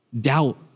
doubt